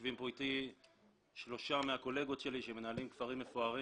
יושבים פה איתי שלושה מהקולגות שלי שמנהלים כפרים מפוארים.